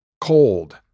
cold